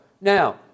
Now